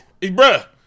bruh